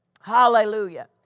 Hallelujah